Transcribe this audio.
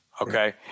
okay